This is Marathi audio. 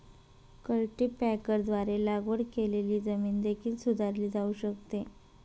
कल्टीपॅकरद्वारे लागवड केलेली जमीन देखील सुधारली जाऊ शकते